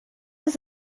ist